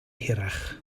hirach